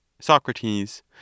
Socrates